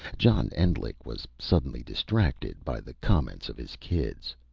john endlich was suddenly distracted by the comments of his kids.